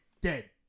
dead